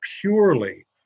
purely